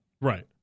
Right